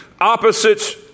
opposites